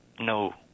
No